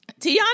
tiana